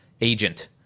agent